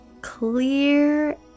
clear